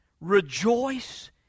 Rejoice